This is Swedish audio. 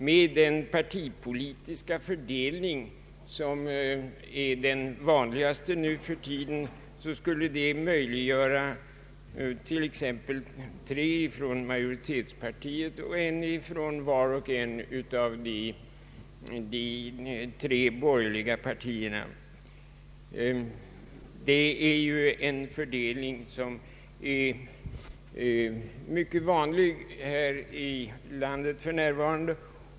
Med den politiska fördelning som nu är den vanligaste skulle detta resultera i tre ledamöter från majoritetspartiet och en ledamot från vart och ett av de tre borgerliga partierna. Det är en fördelning som är mycket vanlig här i landet för närvarande.